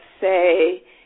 say